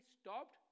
stopped